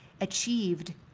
achieved